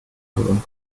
beim